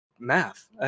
math